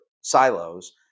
silos